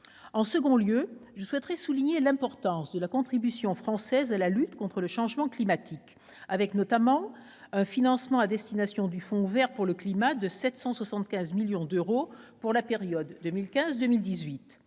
Je souhaiterais par ailleurs souligner l'importance de la contribution française à la lutte contre le changement climatique, avec notamment un financement à destination du Fonds vert pour le climat de 775 millions d'euros sur la période 2015-2018.